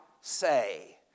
say